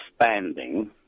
expanding